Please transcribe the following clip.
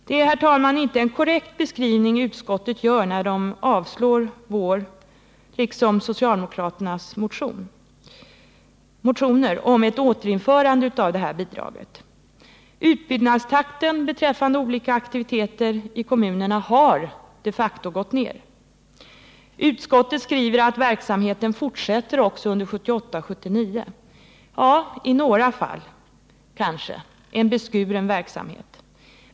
Det är, herr talman, inte en korrekt beskrivning utskottet gör när utskottet avstyrker vår motion och socialdemokraternas motion om ett återinförande av detta bidrag. Utbyggnadstakten beträffande olika aktiviteter i kommunerna har de facto gått ner. Utskottet skriver att verksamheten fortsätter också under 1978/79. Ja, i några fall kanske det blir en beskuren verksamhet.